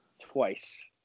twice